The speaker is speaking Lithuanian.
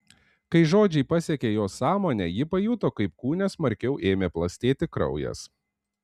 kai žodžiai pasiekė jos sąmonę ji pajuto kaip kūne smarkiau ėmė plastėti kraujas